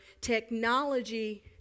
technology